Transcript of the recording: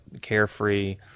carefree